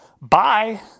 Bye